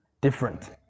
different